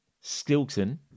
Stilton